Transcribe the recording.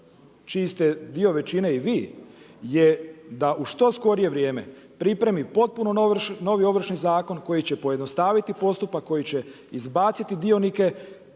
čiji ste dio većine i vi je da u što skorije vrijeme pripremi potpuno novi Ovršni zakon koji će pojednostaviti postupak, koji će izbaciti dionike